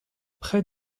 près